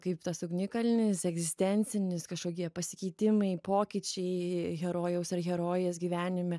kaip tas ugnikalnis egzistencinis kažkokie pasikeitimai pokyčiai herojaus ar herojės gyvenime